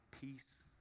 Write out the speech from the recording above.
peace